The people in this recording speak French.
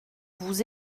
vous